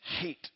hate